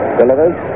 Delivers